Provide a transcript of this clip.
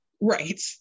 Right